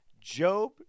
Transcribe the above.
Job